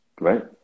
Right